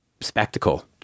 spectacle